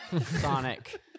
Sonic